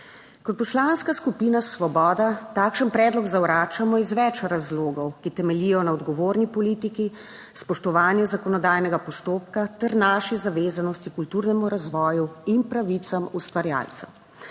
Kot Poslanska skupina Svoboda takšen predlog zavračamo iz več razlogov, ki temeljijo na odgovorni politiki, spoštovanju zakonodajnega postopka ter naši zavezanosti kulturnemu razvoju in pravicam ustvarjalcev.